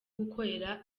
gukorera